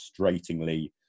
frustratingly